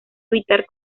evitar